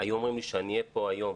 היו אומרים לי שאני אהיה כאן היום